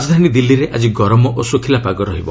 ରାଜଧାନୀ ଦିଲ୍ଲୀରେ ଆଜି ଗରମ ଓ ଶୁଖିଲା ପାଗ ରହିବ